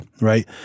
right